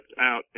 out